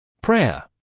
Prayer